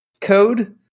code